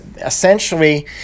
essentially